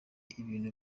ibintu